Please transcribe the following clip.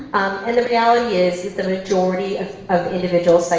and the reality is is the majority of of individuals, like